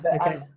okay